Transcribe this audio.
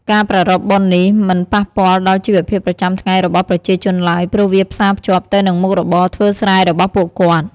ការប្រារព្ធបុណ្យនេះមិនប៉ះពាល់ដល់ជីវភាពប្រចាំថ្ងៃរបស់ប្រជាជនឡើយ ព្រោះវាផ្សារភ្ជាប់ទៅនឹងមុខរបរធ្វើស្រែរបស់ពួកគាត់។